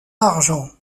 argent